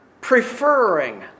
preferring